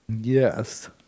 Yes